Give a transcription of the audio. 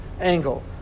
angle